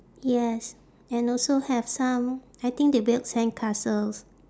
yes and also have some I think they build sandcastles